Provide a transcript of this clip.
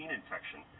infection